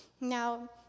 Now